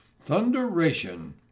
Thunderation